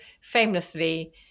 famously